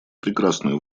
прекрасную